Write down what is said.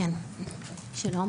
שלום,